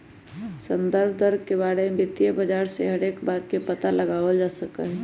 संदर्भ दर के बारे में वित्तीय बाजार से हर एक बात के पता लगावल जा सका हई